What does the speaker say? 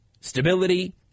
stability